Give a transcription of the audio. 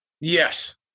Yes